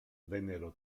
vennero